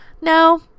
No